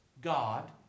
God